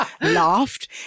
laughed